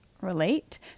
relate